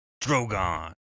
Drogon